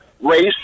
race